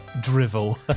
drivel